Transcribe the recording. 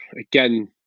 again